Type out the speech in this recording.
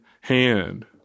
hand